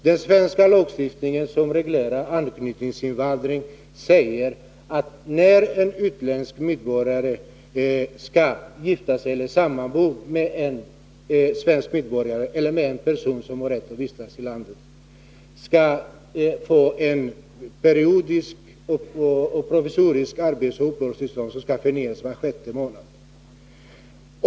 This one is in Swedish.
Den svenska lagstiftning som reglerar anknytningsinvandring säger att en utländsk medborgare som skall vistas hos eller sammanbo med en svensk medborgare — eller med en person som har rätt att vistas i landet — skall få provisoriskt uppehållsoch arbetstillstånd som skall förnyas var sjätte månad.